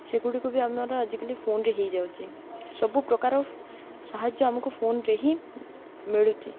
ସେଗୁଡ଼ିକୁ ବି ଆମର ଆଜିକାଲି ଫୋନ୍ରେ ହେଇଯାଉଛି ସବୁପ୍ରକାର ସାହାଯ୍ୟ ଆମକୁ ଫୋନ୍ରେ ହିଁ ମିଳୁଛି